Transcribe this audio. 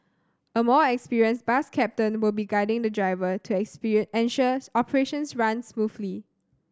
a more experienced bus captain would be guiding the driver to ensure operations run smoothly